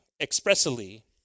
expressly